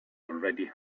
already